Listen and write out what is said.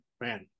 man